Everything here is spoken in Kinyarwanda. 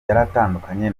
yaratandukanye